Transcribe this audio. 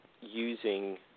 using